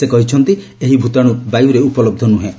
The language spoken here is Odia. ସେ କହିଛନ୍ତି ଏହି ଭୂତାଣୁ ବାୟୁରେ ଉପଲହ୍ଧ ନୁହେଁ